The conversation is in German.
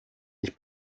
ich